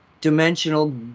dimensional